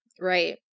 Right